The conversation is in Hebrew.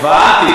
הבנתי.